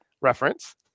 reference